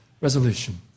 resolution